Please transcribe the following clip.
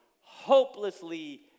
hopelessly